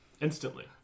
Instantly